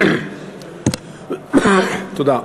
תודה.